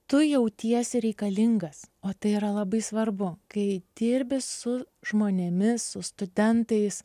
tu jautiesi reikalingas o tai yra labai svarbu kai dirbi su žmonėmis su studentais